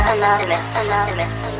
Anonymous